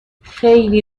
خیلی